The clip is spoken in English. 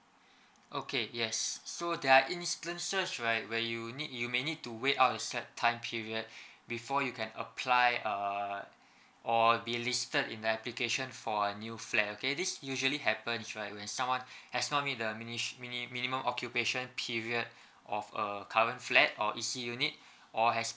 okay yes so there are instances right where you need you may need to wait out a set time period before you can apply err or be listed in application for a new flat okay this usually happens right when someone has not meet mish~ mini minimum occupation period of a current flat or E_C unit or has